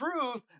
truth